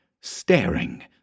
staring